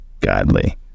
Godly